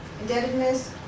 indebtedness